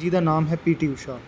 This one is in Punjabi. ਜਿਹਦਾ ਨਾਮ ਹੈ ਪੀ ਟੀ ਊਸ਼ਾ